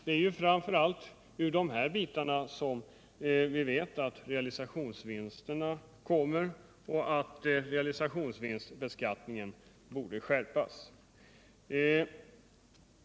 Det är ju framför allt härav som man vet alt det uppstår realisationsvinster och att realisationsvinstbeskattningen borde skärpas.